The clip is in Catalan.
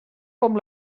com